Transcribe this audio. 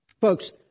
Folks